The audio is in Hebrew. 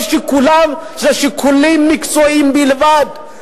שכל שיקוליהם זה שיקולים מקצועיים בלבד,